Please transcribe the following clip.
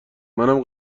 منم